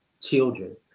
children